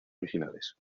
originales